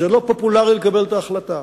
זה לא פופולרי לקבל את ההחלטה.